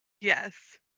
Yes